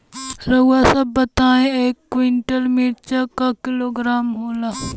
रउआ सभ बताई एक कुन्टल मिर्चा क किलोग्राम होला?